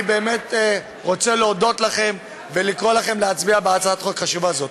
אני באמת רוצה להודות לכם ולקרוא לכם להצביע בעד הצעת חוק חשובה זו.